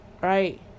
right